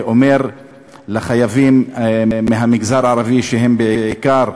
אומר לחייבים מהמגזר הערבי שגם הם, בעיקר,